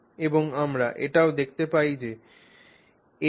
এবং আমরা এটিও দেখতে পাই যে a √3acc